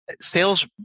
Sales